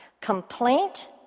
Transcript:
complaint